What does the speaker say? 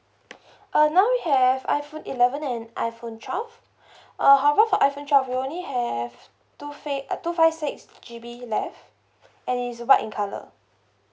uh now we have iphone eleven and iphone twelve uh however for iphone twelve we only have two uh two five six G_B left and it's white in colour